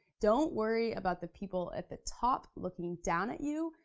don't worry about the people at the top looking down at you,